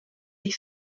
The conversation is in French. les